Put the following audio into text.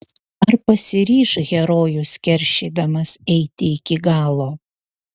ar pasiryš herojus keršydamas eiti iki galo